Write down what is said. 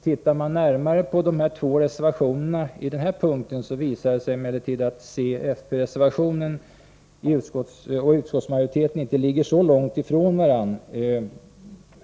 Ser man närmare på reservationerna under denna punkt finner man emellertid att c-fp-reservationens förslag och utskottsmajoritetens förslag inte ligger så långt från varandra.